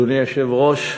אדוני היושב-ראש,